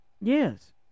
Yes